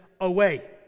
away